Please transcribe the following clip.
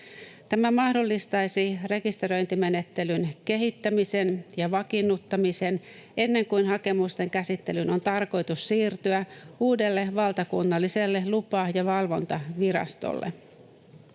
Tämä mahdollistaisi rekisteröintimenettelyn kehittämisen ja vakiinnuttamisen ennen kuin hakemusten käsittelyn on tarkoitus siirtyä uudelle valtakunnalliselle lupa- ja valvontavirastolle.